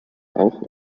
auch